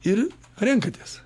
ir renkatės